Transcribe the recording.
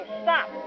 stop